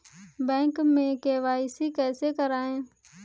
Bank में KYC कैसे करायें?